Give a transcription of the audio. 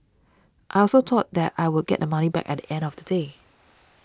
I also thought that I would get the money back at the end of the day